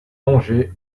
angers